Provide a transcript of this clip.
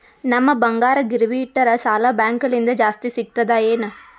ನಮ್ ಬಂಗಾರ ಗಿರವಿ ಇಟ್ಟರ ಸಾಲ ಬ್ಯಾಂಕ ಲಿಂದ ಜಾಸ್ತಿ ಸಿಗ್ತದಾ ಏನ್?